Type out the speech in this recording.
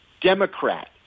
democrat